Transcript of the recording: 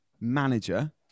manager